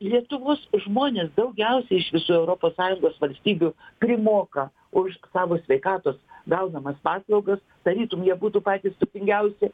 lietuvos žmonės daugiausiai iš visų europos sąjungos valstybių primoka už savo sveikatos gaunamas paslaugas tarytum jie būtų patys turtingiausi